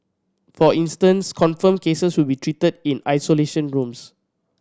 for instance confirmed cases will be treated in isolation rooms